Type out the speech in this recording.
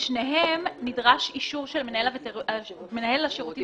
בשניהם נדרש אישור של מנהל השירותים